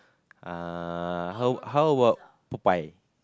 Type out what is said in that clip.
ah how how about Popeye